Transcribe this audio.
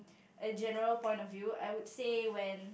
a general point of view I would say when